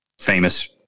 famous